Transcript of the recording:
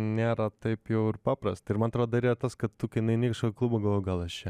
nėra taip jau ir paprasta ir man atrodo yra tas kad tu kai nueini į kažkokį klubą galvoji gal aš čia